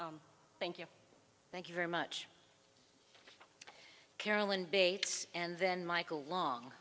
thank you thank you very much carolyn bates and then michael long